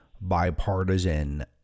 bipartisan